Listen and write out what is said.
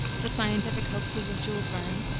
the scientific hoaxes of jules verne,